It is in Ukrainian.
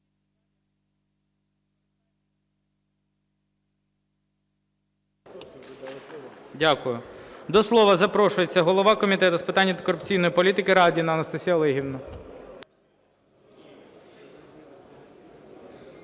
Дякую. До слова запрошується голова Комітету з питань антикорупційної політики Радіна Анастасія Олегівна.